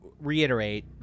reiterate